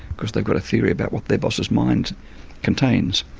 because they've got a theory about what their boss's mind contains.